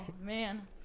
man